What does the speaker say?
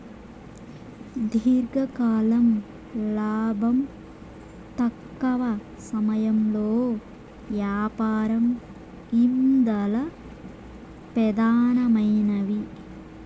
దీర్ఘకాలం లాబం, తక్కవ సమయంలో యాపారం ఇందల పెదానమైనవి